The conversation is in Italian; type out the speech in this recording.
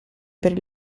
per